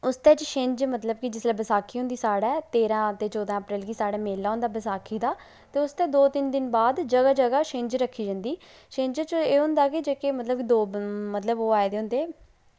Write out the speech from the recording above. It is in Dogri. उसदे च छिंज मतलब कि जिसलै बैसाखी होंदी साढ़े तेरहां ते चौदहां अप्रैल गी साढ़ै मेला होंदा बैसाखी दा ते उसदे दो तिन्न दिन बाद जगह जगह छिंज रक्खी जंदी छिंज च एह् होंदा कि जेह्के मतलब दो मतलब ओह् आये दे होंदे